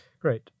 Great